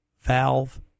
valve